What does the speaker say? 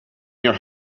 your